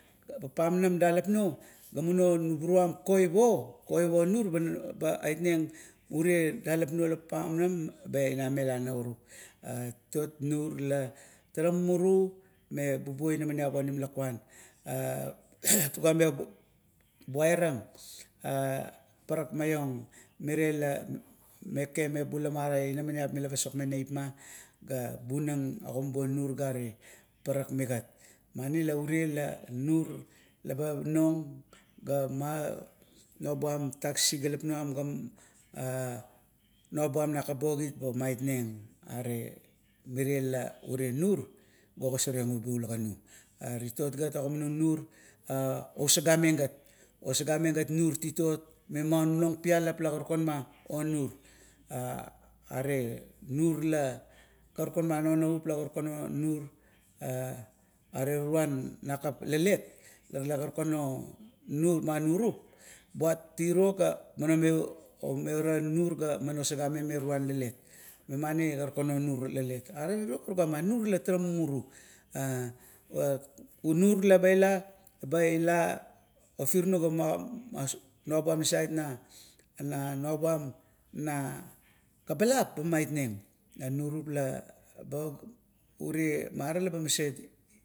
Papam nam dalap nuo, ga muno nuburum kop o, kop o nur gat ba oitneng urie dalap nuo la papam ba ina mela naurup. titot nur la tara mumuru me bubo inamaniap onim lakuan. tuga me buairang parak maiong mirie la meke mebulam la pasokmeng neipma ga bunang ogimabuong nur gare parak migat, mani la ure nur laba og ga manuabua tatak sisigalap nuam nakap bokit ba maitneng, mire la ure nur la ogosoreng ubi ula ganu. Are titot gat la ogimanung nur la osagameng gat. Osagameng gat nur titot e na non pialam lakarukan o nur. are nur la karukan na non naup la kakurukan o mur are torua nakap lelet la karukan o nur a nurup buat tiro ga mime omai nur ga ogagameng me toruan lelet. Memani karukan o nur lelet are tiro, tugama nur la tara mumuru. nur la baila baila ofirnung ma, ga nua bu nasait na kabalap ba oit neng, non nurup leba, are la ba maset.